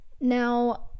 Now